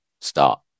start